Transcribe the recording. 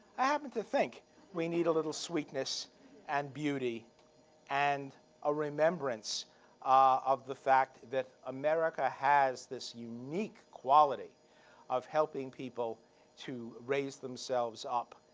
i happen to think we need a little sweetness and beauty and a remembrance of the fact that america has this unique quality of helping people to raise themselves up,